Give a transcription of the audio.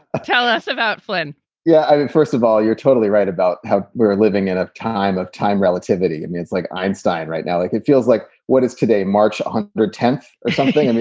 tell us about flynn yeah, first of all, you're totally right about how we're living in a time of time relativity. and it's like einstein right now. like it feels like what is today, march um the tenth or something. and